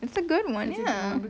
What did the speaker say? it's a good one ya